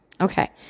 Okay